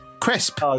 Crisp